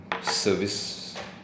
service